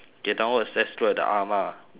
K downwards let's look at the ah ma